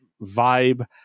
vibe